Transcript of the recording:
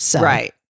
Right